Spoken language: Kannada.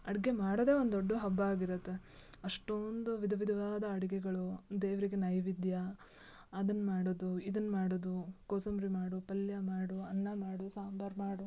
ಅಡುಗೆ ಮಾಡೋದೆ ಒಂದು ದೊಡ್ದ ಹಬ್ಬ ಆಗಿರುತ್ತೆ ಅಷ್ಟೋಂದು ವಿಧವಿಧವಾದ ಅಡುಗೆಗಳು ದೇವರಿಗೆ ನೈವೇದ್ಯ ಅದನ್ನು ಮಾಡೋದು ಇದನ್ನು ಮಾಡೋದು ಕೋಸಂಬರಿ ಮಾಡು ಪಲ್ಯ ಮಾಡು ಅನ್ನ ಮಾಡು ಸಾಂಬಾರು ಮಾಡು